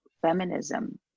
feminism